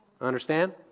Understand